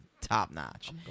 top-notch